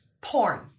Porn